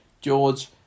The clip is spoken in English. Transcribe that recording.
George